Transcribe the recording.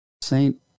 Saint